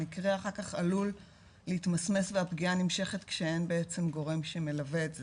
המקרה אחר כך עלול להתמסמס והפגיעה נמשכת כשאין בעצם גורם שמלווה את זה,